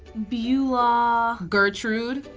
beulah. gertrude.